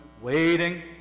waiting